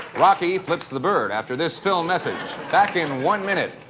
rocky flips the bird after this film message. back in one minute.